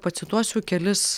pacituosiu kelis